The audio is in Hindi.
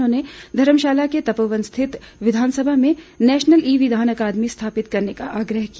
उन्होंने धर्मशाला के तपोवन स्थित विधानसभा में नेशनल ई विधान अकादमी स्थापित करने का आग्रह किया